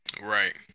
Right